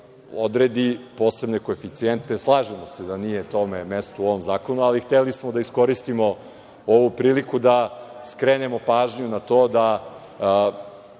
odredi posebne koeficijente. Slažemo se da nije mesto tome u ovom zakonu, ali hteli smo da iskoristimo ovu priliku da skrenemo pažnju na to da